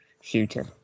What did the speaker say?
shooter